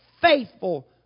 faithful